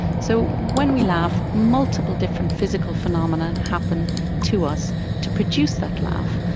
so when we laugh, multiple different physical phenomena and happen to us to produce that laugh.